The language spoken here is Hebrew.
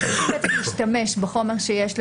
היום החוק אומר למשרד,